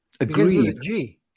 Agreed